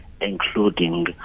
including